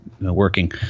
working